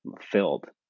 filled